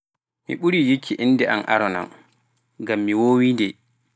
Mi ɓurii yikki innde am arana, ngam mi woowii-nde.